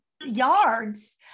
yards